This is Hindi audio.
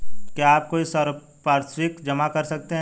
क्या आप कोई संपार्श्विक जमा कर सकते हैं?